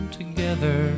together